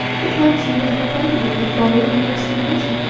perchance she has repented of her folly and makes submission.